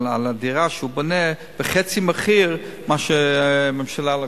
הדירה שהוא בונה בחצי מחיר ממה שהממשלה לוקחת?